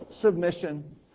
submission